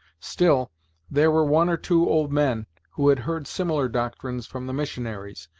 still there were one or two old men who had heard similar doctrines from the missionaries,